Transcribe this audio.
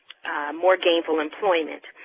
more gainful employment,